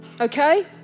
okay